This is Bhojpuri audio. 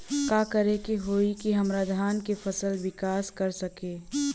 का करे होई की हमार धान के फसल विकास कर सके?